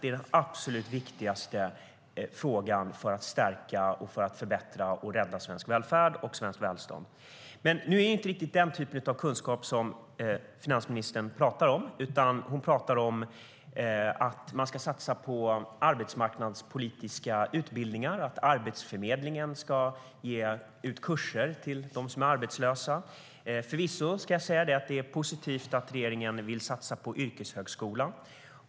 Det är den absolut viktigaste frågan för att stärka, förbättra och rädda svensk välfärd och svenskt välstånd. Men nu är det inte riktigt den typen av kunskap som finansministern pratar om, utan hon pratar om att man ska satsa på arbetsmarknadspolitiska utbildningar och att Arbetsförmedlingen ska ge kurser till de arbetslösa. Förvisso, ska jag säga, är det positivt att regeringen vill satsa på yrkeshögskolan.